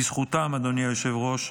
בזכותם, אדוני היושב-ראש,